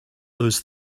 those